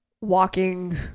walking